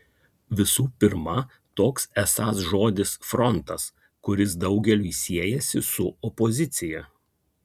visų pirma toks esąs žodis frontas kuris daugeliui siejasi su opozicija